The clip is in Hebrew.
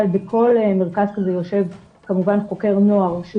אבל בכל מרכז כזה יושב כמובן חוקר נוער שהוא